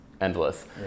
endless